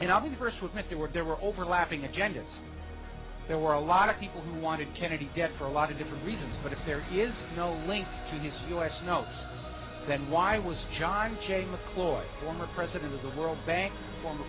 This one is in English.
and i'll be the first witness there were there were overlapping agendas there were a lot of people who wanted kennedy dead for a lot of different reasons but if there is no link to his us no then why was john jay mccloy former president of the world bank former